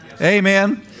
Amen